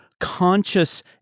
conscious